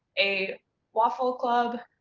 a waffle club.